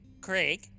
Craig